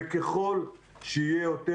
וככל שיהיה יותר,